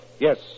Yes